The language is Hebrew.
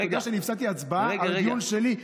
אתה יודע שהפסדתי הצבעה על דיון שלי,